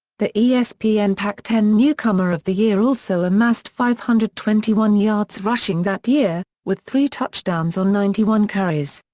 the yeah espn pac ten newcomer of the year also amassed five hundred and twenty one yards rushing that year, with three touchdowns on ninety one carries.